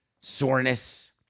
soreness